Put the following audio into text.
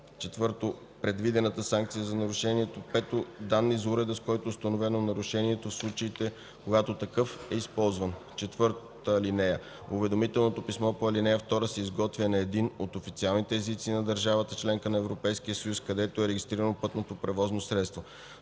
4. предвидената санкция за нарушението; 5. данни за уреда, с който е установено нарушението – в случаите, когато такъв е използван. (4) Уведомителното писмо по ал. 2 се изготвя на един от официалните езици на държавата – членка на Европейския съюз, където е регистрирано пътното превозно средство.